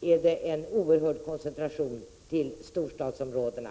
är det en oerhörd koncentration till storstadsområdena.